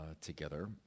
together